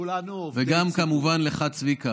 כולנו נציגי ציבור.